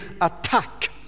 attack